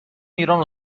ایران